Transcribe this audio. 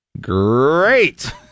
Great